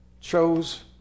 chose